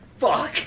Fuck